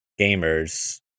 gamers